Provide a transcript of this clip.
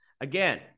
Again